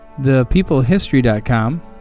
ThePeopleHistory.com